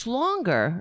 longer